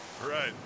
Right